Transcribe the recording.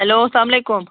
hello السلام علیکُم